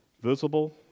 visible